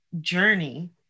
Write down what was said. journey